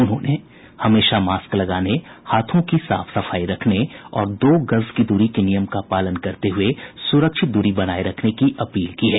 उन्होंने हमेशा मास्क लगाने हाथों की साफ सफाई रखने और दो गज की दूरी के नियम का पालन करते हुए सुरक्षित दूरी बनाए रखने की अपील की है